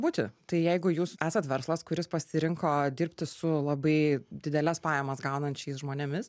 būti tai jeigu jūs esat verslas kuris pasirinko dirbti su labai dideles pajamas gaunančiais žmonėmis